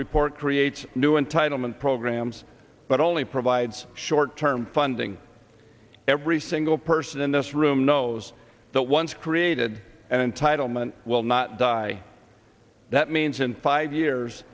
report creates new entitlement programs but only provides short term funding every single person in this room knows that once created an entitlement will not die that means in five years